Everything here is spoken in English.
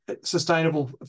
sustainable